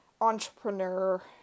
entrepreneur